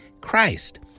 Christ